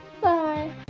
bye